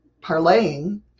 parlaying